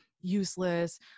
useless